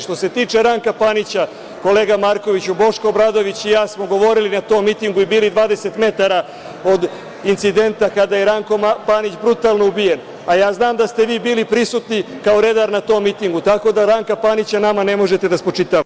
Što se tiče Ranka Panića, kolega Markoviću, Boško Oboradović i ja smo govorili na tom mitingu i bili 20 metara od incidenta kada je Ranko Panić brutalno ubijen, a ja znam da ste vi bili prisutni kao redar na tom mitingu, tako da Ranka Panića nama ne možete da spočitavate.